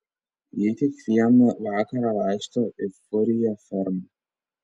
ji kiekvieną vakarą vaikšto į furjė fermą